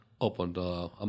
opened